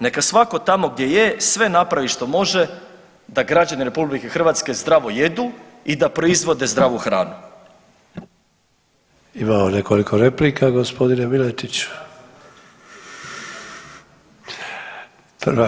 Neka svako tamo gdje je sve napravi što može da građani RH zdravo jedu i da proizvode zdravu hranu.